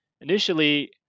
initially